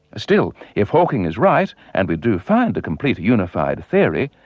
still, if hawking is right and we do find a complete unified theory,